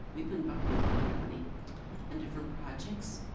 we've been borrowing a lot of money on different projects.